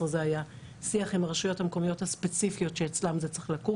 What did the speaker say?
ב-12:00 היה שיח עם הרשויות המקומיות הספציפיות שאצלן זה צריך לקום,